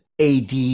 AD